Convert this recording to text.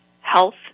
health